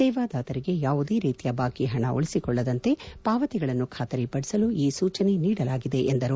ಸೇವಾದಾತರಿಗೆ ಯಾವುದೇ ರೀತಿಯ ಬಾಕಿ ಹಣ ಉಳಿಸಿಕೊಳ್ಳದಂತೆ ಪಾವತಿಗಳನ್ನು ಖಾತರಿ ಪದಿಸಲು ಈ ಸೂಚನೆ ನೀಡಲಾಗಿದೆ ಎಂದರು